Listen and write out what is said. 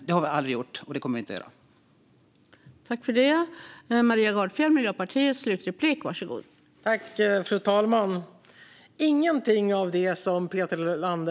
Det har vi aldrig gjort, och det kommer vi inte att göra.